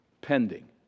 pending